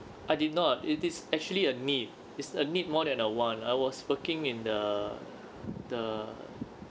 I did not it is actually a need it's a need more than a want I was working in the the